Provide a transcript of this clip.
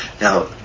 Now